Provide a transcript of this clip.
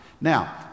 Now